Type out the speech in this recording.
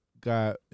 got